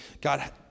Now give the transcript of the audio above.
God